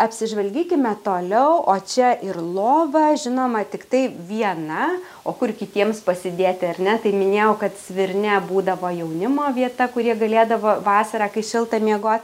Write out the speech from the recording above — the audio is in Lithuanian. apsižvalgykime toliau o čia ir lova žinoma tiktai viena o kur kitiems pasidėti ar ne tai minėjau kad svirne būdavo jaunimo vieta kurie galėdavo vasarą kai šilta miegot